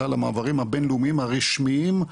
כלל המעברים הבינלאומיים הרשמיים,